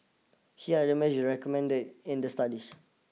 here are the measures recommended in the studies